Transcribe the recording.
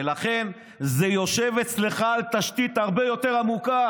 ולכן זה יושב אצלך על תשתית הרבה יותר עמוקה.